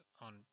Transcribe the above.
on